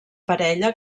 parella